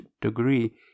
degree